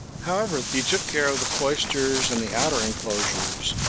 however, he took care of the cloisters and the outer enclosures,